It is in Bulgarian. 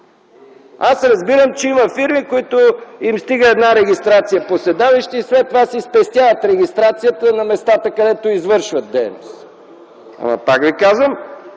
Аз разбирам, че има фирми, на които им стига една регистрация по седалище и след това си спестяват регистрацията на местата, където извършват дейност, ама, аз